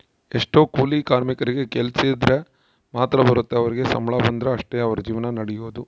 ಎಷ್ಟೊ ಕೂಲಿ ಕಾರ್ಮಿಕರಿಗೆ ಕೆಲ್ಸಿದ್ರ ಮಾತ್ರ ಬರುತ್ತೆ ಅವರಿಗೆ ಸಂಬಳ ಬಂದ್ರೆ ಅಷ್ಟೇ ಅವರ ಜೀವನ ನಡಿಯೊದು